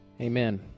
Amen